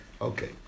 Okay